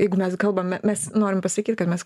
jeigu mes kalbame mes norim pasakyt kad mes